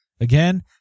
Again